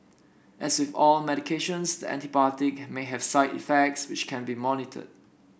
as with all medications the antibiotic may have side effects which can be monitored